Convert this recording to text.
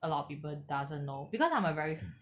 a lot of people doesn't know because I'm a very